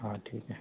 हां ठीक आहे